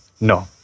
No